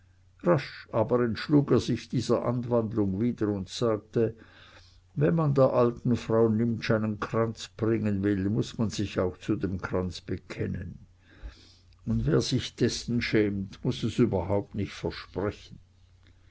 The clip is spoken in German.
aber entschlug er sich dieser anwandlung wieder und sagte wenn man der alten frau nimptsch einen kranz bringen will muß man sich auch zu dem kranz bekennen und wer sich dessen schämt muß es überhaupt nicht versprechen